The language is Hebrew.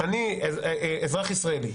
אני אזרח ישראלי,